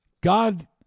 God